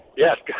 yes, guys.